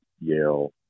Yale